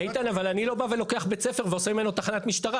אבל אני לא בא ולוקח בית ספר ועושה ממנו תחנת משטרה.